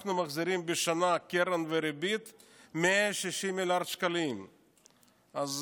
אנחנו מחזירים בשנה 160 מיליארד שקלים קרן וריבית,